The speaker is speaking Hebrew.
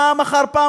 פעם אחר פעם,